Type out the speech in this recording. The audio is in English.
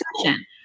discussion